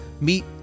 meet